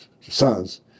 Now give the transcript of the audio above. sons